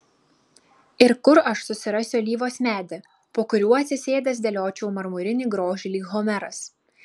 ir kur aš susirasiu alyvos medį po kuriuo atsisėdęs dėliočiau marmurinį grožį lyg homeras